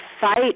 fight